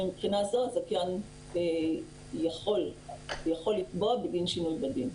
ומבחינה זו הזכיין יכול לתבוע בגין שינוי בדין.